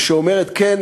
ושאומרת: כן,